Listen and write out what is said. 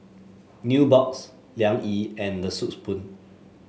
Nubox Liang Yi and The Soup Spoon